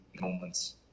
moments